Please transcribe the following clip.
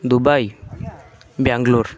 Dubai Bangalore